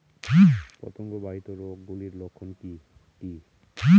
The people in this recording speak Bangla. পতঙ্গ বাহিত রোগ গুলির লক্ষণ কি কি?